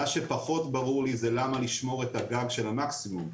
מה שפחות ברור לי זה למה לשמור את הגג של המקסימום.